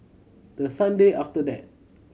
the Sunday after that